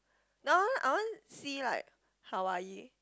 don't want I want see like Hawaii